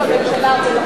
בממשלה,